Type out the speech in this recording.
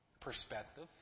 perspective